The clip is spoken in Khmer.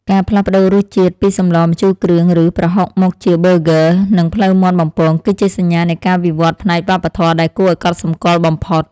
ការផ្លាស់ប្តូររសជាតិពីសម្លម្ជូរគ្រឿង ឬប្រហុកមកជាប៊ឺហ្គ័រ និងភ្លៅមាន់បំពង គឺជាសញ្ញានៃការវិវត្តផ្នែកវប្បធម៌ដែលគួរឲ្យកត់សម្គាល់បំផុត។